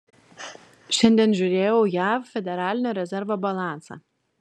šiandien žiūrėjau jav federalinio rezervo balansą